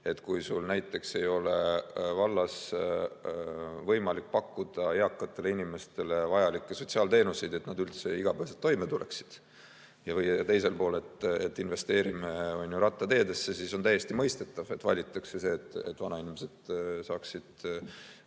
et kui sul näiteks ei ole vallas võimalik pakkuda eakatele inimestele vajalikke sotsiaalteenuseid, et nad üldse igapäevaselt toime tuleksid, ja teiselt poolt tahaks investeerida rattateedesse, siis on täiesti mõistetav, et valitakse see, et vanainimesed saaksid